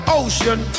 ocean